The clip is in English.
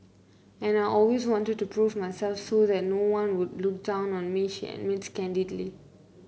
and I always wanted to prove myself so that no one would look down on me she admits candidly